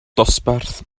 dosbarth